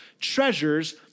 treasures